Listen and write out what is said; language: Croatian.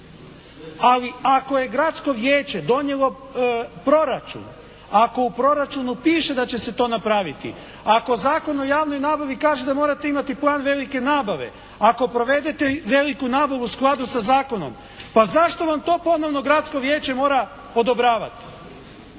Ali ako je gradsko vijeće donijelo proračun, ako u proračunu piše da će se to napraviti, ako Zakon o javnoj nabavi kaže da morate imati plan velike nabave, ako provedete veliku nabavu u skladu sa zakonom, pa zašto vam to ponovno gradsko vijeće mora odobravati?